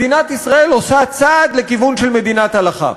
מדינת ישראל עושה צעד לכיוון של מדינת הלכה.